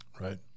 Right